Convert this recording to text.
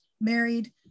married